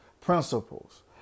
principles